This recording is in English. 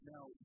Now